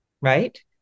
right